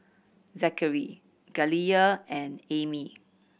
Zachery Galilea and Ami